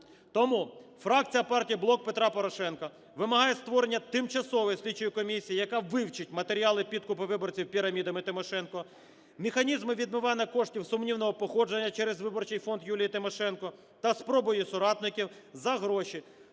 Тому фракція партії "Блок Петра Порошенка" вимагає створення тимчасової слідчої комісії, яка вивчить матеріали підкупу виборців пірамідами Тимошенко, механізми відмивання коштів сумнівного походження через виборчий фонд Юлії Тимошенко та спробу її соратників за гроші